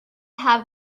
have